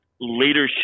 leadership